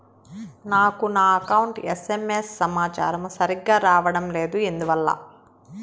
నాకు నా account SMS సమాచారము సరిగ్గా రావడం లేదు ఎందువల్ల?